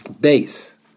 base